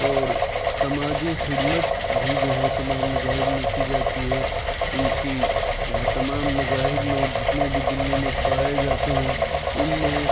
اور سماجی خدمت بھی جو ہے تمام مذاہب میں کی جاتی ہے ان کی تمام مذاہب میں جتنے بھی دلّی میں پائے جاتے ہیں ان میں